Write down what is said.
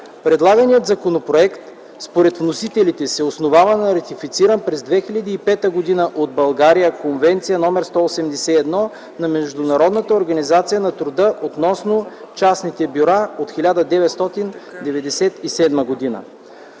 Предлаганият законопроект, според вносителите, се основава на ратифицираната през 2005 г. от България Конвенция № 181 на Международната организация на труда относно частните бюра от 1997 г.